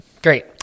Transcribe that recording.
Great